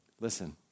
Listen